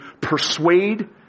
persuade